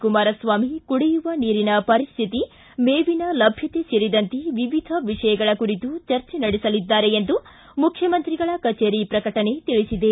ಕುಮಾರಸ್ವಾಮಿ ಕುಡಿಯುವ ನೀರಿನ ಪರಿಸ್ಥಿತಿ ಮೇವಿನ ಲಭ್ಯತೆ ಸೇರಿದಂತೆ ವಿವಿಧ ವಿಷಯಗಳ ಕುರಿತು ಚರ್ಚೆ ನಡೆಸಲಿದ್ದಾರೆ ಎಂದು ಮುಖ್ಯಮಂತ್ರಿಗಳ ಕಚೇರಿ ಪ್ರಕಟಣೆ ತಿಳಿಸಿದೆ